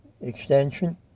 Extension